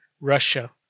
Russia